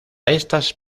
estas